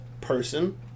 person